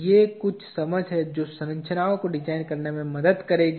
ये कुछ समझ हैं जो संरचनाओं को डिजाइन करने में मदद करेंगी